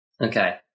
Okay